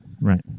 Right